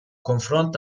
konfront